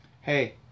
Hey